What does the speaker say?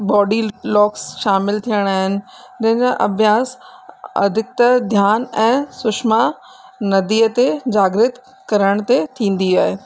body locks शामिलु थिअणा आहिनि जंहिं जा अभ्यास अधिकतर ध्यानु ऐं सुषुमा नंदीअ ते जागृत करण जे थींदी आहे